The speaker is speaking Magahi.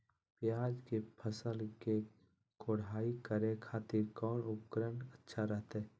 प्याज के फसल के कोढ़ाई करे खातिर कौन उपकरण अच्छा रहतय?